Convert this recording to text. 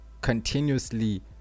continuously